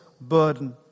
burden